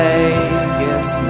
Vegas